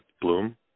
Bloom